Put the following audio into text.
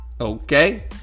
Okay